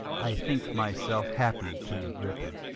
i think myself happy, king agrippa,